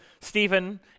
Stephen